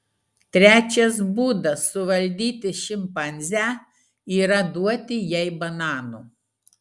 trečias būdas suvaldyti šimpanzę yra duoti jai bananų